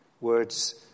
words